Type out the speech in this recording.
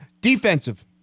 Defensive